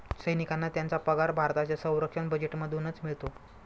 सैनिकांना त्यांचा पगार भारताच्या संरक्षण बजेटमधूनच मिळतो